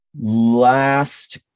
last